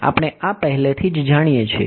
આપણે આ પહેલેથી જાણીએ છીએ